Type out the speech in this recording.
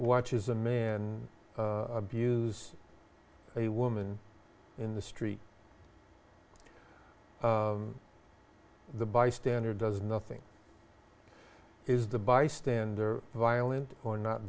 watches a male abuse a woman in the street the bystander does nothing is the bystander violent or not